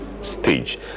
stage